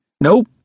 Nope